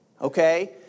Okay